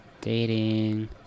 dating